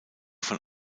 von